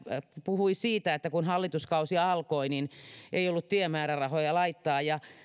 puhui siitä että kun hallituskausi alkoi ei ollut tiemäärärahoja laittaa